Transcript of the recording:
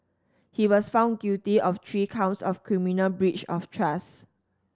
he was found guilty of three counts of criminal breach of trust